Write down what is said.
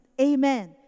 Amen